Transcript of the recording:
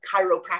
chiropractic